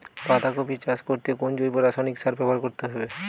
বাঁধাকপি চাষ করতে কোন জৈব রাসায়নিক ব্যবহার করতে হবে?